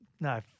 No